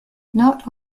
not